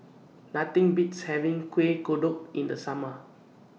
Nothing Beats having Kuih Kodok in The Summer